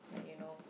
like you know